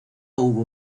hubo